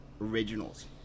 originals